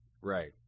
Right